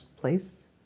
place